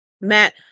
matt